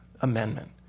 Amendment